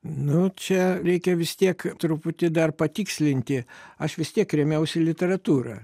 nu čia reikia vis tiek truputį dar patikslinti aš vis tiek rėmiausi literatūra